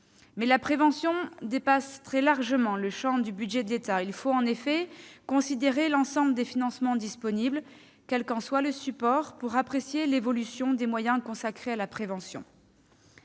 la prévention dépasse très largement le champ de ce budget de l'État. Il faut en effet considérer l'ensemble des financements disponibles, quel qu'en soit le support, pour apprécier l'évolution des moyens consacrés à la prévention.